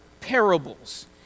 parables